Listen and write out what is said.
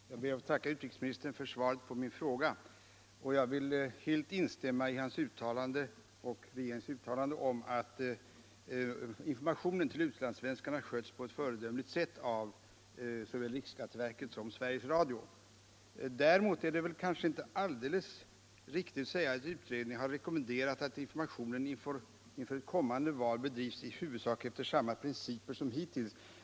Herr talman! Jag ber att få tacka utrikesministern för svaret på min fråga. Jag vill helt instämma i hans och utredningens uttalande om att informationen till utlandssvenskarna inför 1973 års val skötts på ett föredömligt sätt av såväl riksskatteverket som Sveriges Radio. Däremot är det nog inte alldeles riktigt att utredningen har rekommenderat att informationen inför ett kommande val skall bedrivas i huvudsak efter samma principer som hittills.